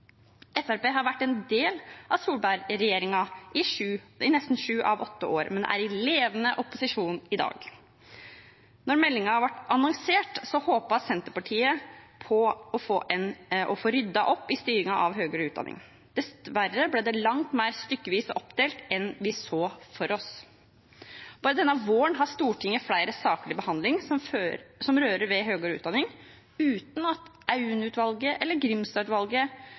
har regjeringen tatt til fornuft. Fremskrittspartiet har vært en del av Solberg-regjeringen i nesten sju av åtte år, men er i levende opposisjon i dag. Da meldingen ble annonsert, håpet Senterpartiet på å få ryddet opp i styringen av høyere utdanning. Dessverre ble det langt mer stykkevis og oppdelt enn vi så for oss. Bare denne våren har Stortinget flere saker til behandling som rører ved høyere utdanning, uten at Aune-utvalgets eller